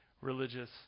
religious